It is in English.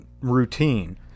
routine